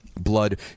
blood